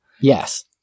Yes